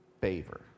favor